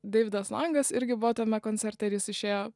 deividas langas irgi buvo tame koncerte ir jis išėjo